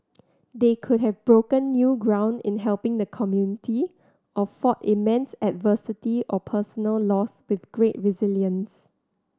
they could have broken new ground in helping the community or fought immense adversity or personal loss with great resilience